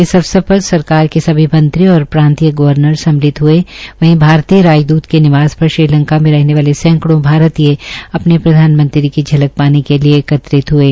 इस अवसर पर सरकार के सभी मंत्री और प्रांतीय गर्वनर सम्मिलित हये वहीं भारतीय राजदूत के निवास पर श्रीलंका में रहने वाले सक्वड़ो भारतीय अपने प्रधानमंत्री की झलक पाने के लिये एकत्रित हये